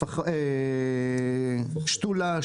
שתולה,